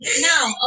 No